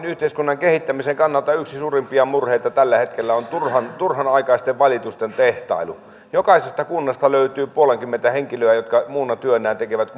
yhteiskunnan kehittämisen kannalta yksi suurimpia murheita tällä hetkellä on turhanaikaisten valitusten tehtailu jokaisesta kunnasta löytyy puolenkymmentä henkilöä jotka muuna työnään tekevät